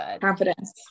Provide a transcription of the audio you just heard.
confidence